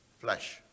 flesh